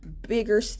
bigger